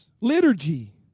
Liturgy